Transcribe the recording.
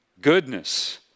goodness